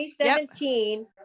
2017